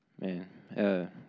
Man